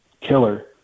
killer